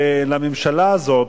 הממשלה הזאת,